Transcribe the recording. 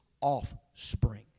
offspring